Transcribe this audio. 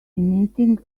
emitting